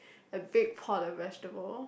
a big pot of vegetable